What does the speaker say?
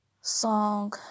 song